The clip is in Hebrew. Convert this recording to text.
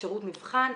שירות מבחן,